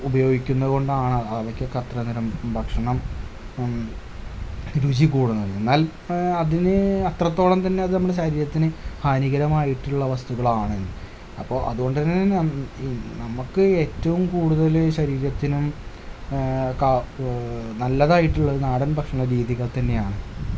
ഉപയോഗിക്കുന്നത് കൊണ്ടാണ് അവയ്ക്കൊക്കെ അത്രയും നിറം ഭക്ഷ്ണം രുചി കൂടണത് എന്നാല് അതിന് അത്രത്തോളം തന്നെ അത് നമ്മുടെ ശരീരത്തിന് ഹാനികരമായിട്ടുള്ള വസ്തുക്കളാണേനും അപ്പോൾ അതു കൊണ്ടു തന്നെ ഈ നമുക്ക് ഏറ്റവും കൂടുതൽ ശരീരത്തിനും ക നല്ലതായിട്ടുള്ളത് നാടന്ഭക്ഷ്ണ രീതി ഒക്കെ തന്നെയാണ്